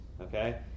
okay